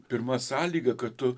pirma sąlyga kad tu